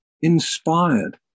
inspired